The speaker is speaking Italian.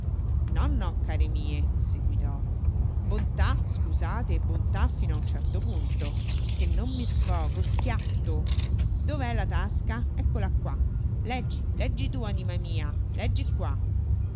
no no care mie seguitò bontà scusate bontà fino a un certo punto se non mi sfogo schiatto dov'è la tasca eccola qua leggi leggi tu anima mia leggi qua